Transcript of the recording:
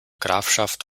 grafschaft